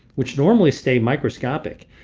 which normally stay microscopic,